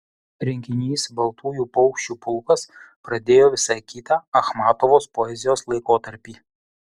rinkinys baltųjų paukščių pulkas pradėjo visai kitą achmatovos poezijos laikotarpį